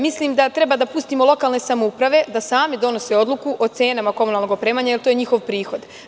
Mislim da treba da pustimo lokalne samouprave da sami donose odluku o cenama komunalnog opremanja, jer to je njihov prihod.